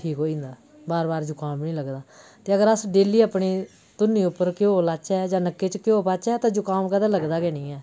ठीक होई जंदा बार बार जुकाम नेईं लगदा ते अगर अस डेह्ल्ली अपनी धुन्नी उप्पर घ्यो लाह्चै जां नक्के च देसी घ्यो पाह्चै तां जुकाम कदें लगदा गै नेईं ऐ